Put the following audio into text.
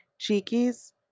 Cheekies